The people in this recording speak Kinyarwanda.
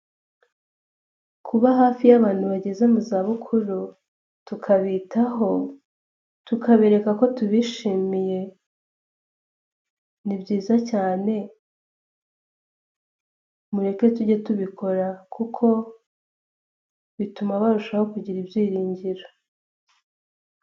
Kuba hafi y'abantu bageze mu zabukuru, tukabitaho, tukabereka ko tubishimiye, ni byiza cyane, mureke tujye tubikora kuko bituma barushaho kugira ibyiringiro.